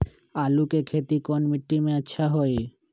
आलु के खेती कौन मिट्टी में अच्छा होइ?